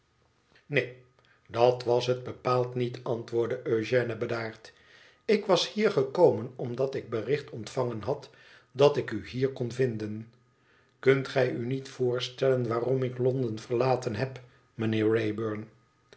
neen dat was het bepaald niet antwoordde eugène bedaard ik was hier gekomen omdat ik bericht ontvangen had dat ik u hier kon vinden kunt gij u niet voorstellen waarom ik londen verlaten heb